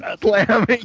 slamming